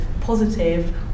positive